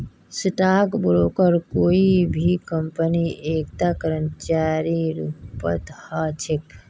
stock broker कोई भी कम्पनीत एकता कर्मचारीर रूपत ह छेक